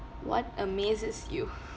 what amazes you